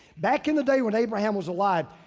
back in the day when abraham was alive,